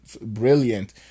brilliant